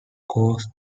course